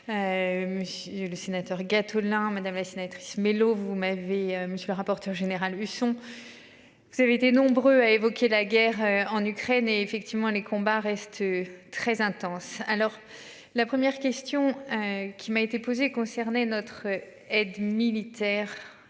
Le sénateur Gattolin madame la sénatrice mélo. Vous m'avez monsieur le rapporteur général Husson. Vous avez été nombreux à évoquer la guerre en Ukraine et effectivement les combats restent. Très intense. Alors la première question qui m'a été posée. Notre aide militaire